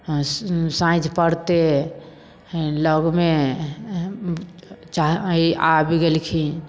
हँस साँझ पड़ते हेँ लगमे चाहे आबि गेलखिन